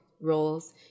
roles